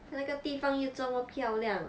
那个地方又这么漂亮